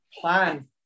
plan